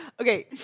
okay